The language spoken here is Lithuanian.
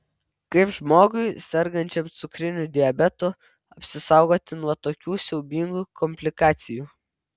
kaip žmogui sergančiam cukriniu diabetu apsisaugoti nuo tokių siaubingų komplikacijų